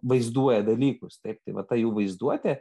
vaizduoja dalykus taip tai va ta jų vaizduotė